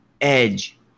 edge